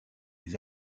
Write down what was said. les